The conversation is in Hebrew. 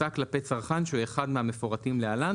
שבוצעה כלפי צרכן שהוא אחד מהמפורטים להלן,